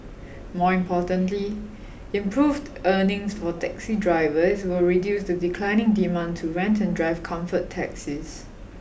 more importantly improved earnings for taxi drivers will reduce the declining demand to rent and drive comfort taxis